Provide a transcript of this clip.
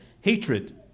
Hatred